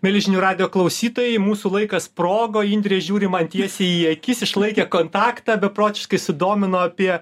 mieli žinių radijo klausytojai mūsų laikas sprogo indrė žiūri man tiesiai į akis išlaikė kontaktą beprotiškai sudomino apie